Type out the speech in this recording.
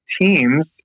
teams